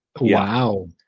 Wow